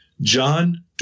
John